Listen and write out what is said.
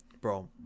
Bro